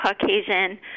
Caucasian